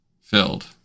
Filled